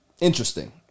Interesting